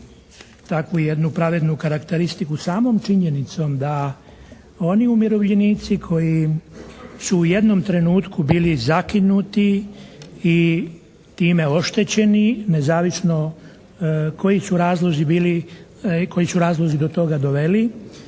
takvu jednu pravednu karakteristiku samom činjenicom da oni umirovljenici koji su u jednom trenutku bili zakinuti i time oštećeni, nezavisno koji su razlozi bili,